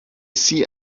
see